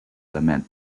lament